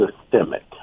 systemic